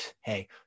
Hey